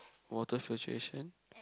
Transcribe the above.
water filtration